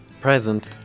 Present